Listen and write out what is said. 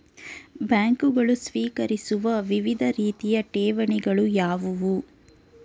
ಬ್ಯಾಂಕುಗಳು ಸ್ವೀಕರಿಸುವ ವಿವಿಧ ರೀತಿಯ ಠೇವಣಿಗಳು ಯಾವುವು?